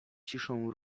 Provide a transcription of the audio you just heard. ciszą